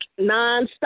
nonstop